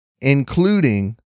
including